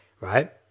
right